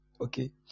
Okay